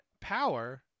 Power